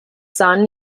son